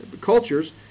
cultures